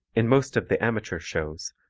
in most of the amateur shows,